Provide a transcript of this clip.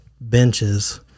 benches